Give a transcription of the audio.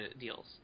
deals